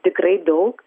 tikrai daug